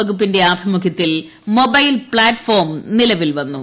വകുപ്പിന്റെ ആഭിമു ഖ്യത്തിൽ മൊബൈൽ പ്ലാറ്റ്ഫോം നിലവിൽ വന്നു